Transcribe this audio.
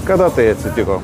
kada tai atsitiko